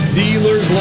dealers